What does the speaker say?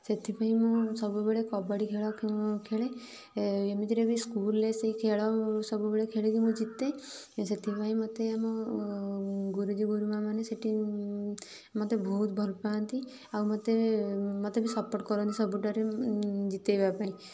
ସେଥିପାଇଁ ମୁଁ ସବୁବେଳେ କବାଡ଼ି ଖେଳ ଖେଳେ ଏମିତିରେ ବି ସ୍କୁଲ୍ରେ ସେଇ ଖେଳ ସବୁବେଳେ ଖେଳିକି ମୁଁ ଜିତେ ସେଥିପାଇଁ ମୋତେ ଆମ ଗୁରୁଜୀ ଗୁରୁମାମାନେ ସେଠି ମୋତେ ବହୁତ ଭଲ ପାଆନ୍ତି ଆଉ ମୋତେ ମୋତେ ବି ସପୋର୍ଟ କରନ୍ତି ସବୁଠାରେ ଜିତେଇବା ପାଇଁ